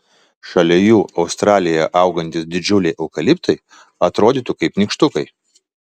šalia jų australijoje augantys didžiuliai eukaliptai atrodytų kaip nykštukai